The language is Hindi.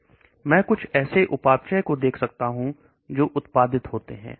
मैं कुछ ऐसे उपापचय को देख सकता हूं जो उत्पादित होते हैं